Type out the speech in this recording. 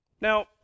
Now